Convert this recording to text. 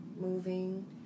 moving